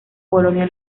polonia